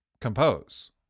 compose